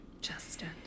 Justin